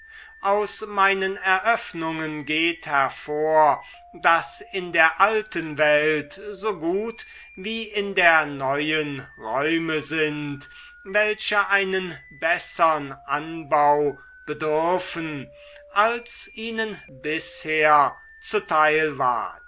aus meinen eröffnungen geht hervor daß in der alten welt so gut wie in der neuen räume sind welche einen bessern anbau bedürfen als ihnen bisher zuteil ward